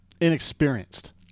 inexperienced